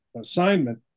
assignment